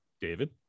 David